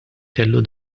kellu